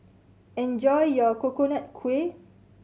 enjoy your Coconut Kuih